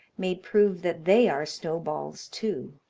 may prove that they are snowballs too.